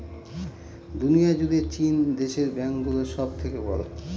দুনিয়া জুড়ে চীন দেশের ব্যাঙ্ক গুলো সব থেকে বড়ো